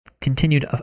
continued